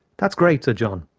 that's great, said john,